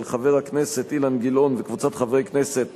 של חבר הכנסת אילן גילאון וקבוצת חברי הכנסת,